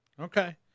Okay